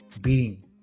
beating